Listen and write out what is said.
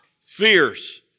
fierce